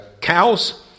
cows